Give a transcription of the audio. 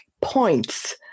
points